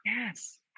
yes